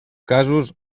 casos